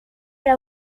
era